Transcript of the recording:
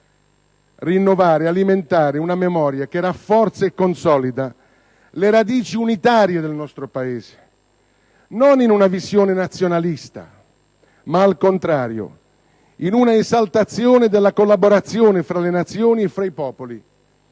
rinnovare e alimentare una memoria che rafforzi e consolidi le radici unitarie del nostro Paese, non in una visione nazionalista, ma, al contrario, in un'esaltazione della collaborazione fra le Nazioni e tra i popoli,